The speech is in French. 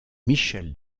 michel